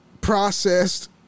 processed